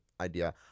idea